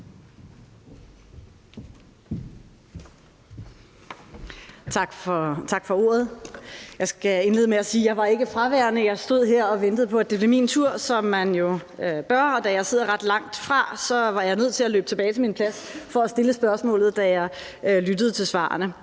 Tak for ordet. Jeg skal indlede med at sige, at jeg ikke var fraværende. Jeg stod her og ventede på, at det blev min tur, som man jo bør, og da jeg sidder ret langt fra talerstolen, var jeg nødt til at løbe tilbage til min plads for at stille spørgsmålet, da jeg lyttede til de